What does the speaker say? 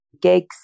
gigs